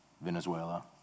Venezuela